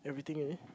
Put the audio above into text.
everything already